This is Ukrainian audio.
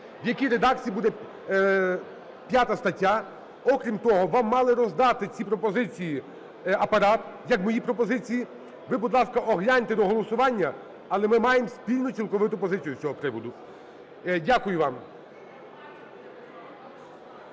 в якій редакції буде 5 стаття. Окрім того, вам мали роздати ці пропозиції, Апарат, як мої пропозиції. Ви, будь ласка, огляньте до голосування, але ми маємо спільну цілковиту позицію з цього приводу. Дякую вам.